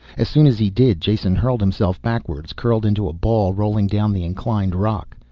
as soon as he did, jason hurled himself backwards, curled into a ball, rolling down the inclined rock.